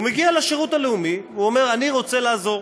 מגיע לשירות הלאומי ואומר: אני רוצה לעזור.